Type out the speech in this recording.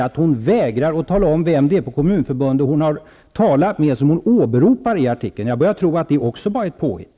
Birgitta Dahl vägrar också att tala om vem det är på Kommunförbundet som hon har talat med och som hon åberopar i artikeln. Jag börjar tro att också det bara är ett påhitt.